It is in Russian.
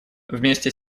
вместе